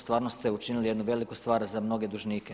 Stvarno ste učinili jednu veliku stvar za mnoge dužnike.